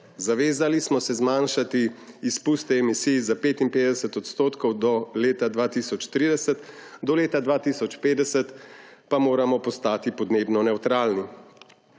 zavezali smo se zmanjšati izpuste emisij za 55 odstotkov do leta 2030, do leta 2050 pa moramo postati podnebno nevtralni.